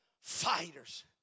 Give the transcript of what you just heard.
fighters